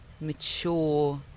mature